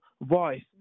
voice